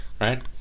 Right